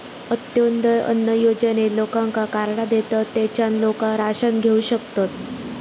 अंत्योदय अन्न योजनेत लोकांका कार्डा देतत, तेच्यान लोका राशन घेऊ शकतत